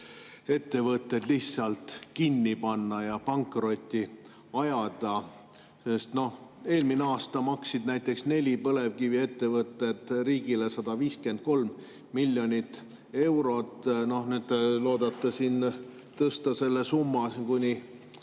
need kõik lihtsalt kinni panna ja pankrotti ajada. Noh, eelmine aasta maksid näiteks neli põlevkiviettevõtet riigile 153 miljonit eurot. Nüüd te loodate tõsta selle summa veel